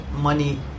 money